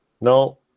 No